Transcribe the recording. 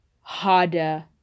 harder